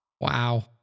Wow